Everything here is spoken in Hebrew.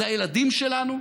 זה הילדים שלנו,